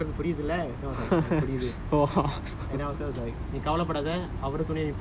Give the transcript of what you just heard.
and then afterwards err then I was like புரிது:puritu then he ask me again சொல்றது புரிதுலே புரிது:solrathu puritulae puritu